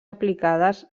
aplicades